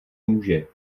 může